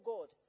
God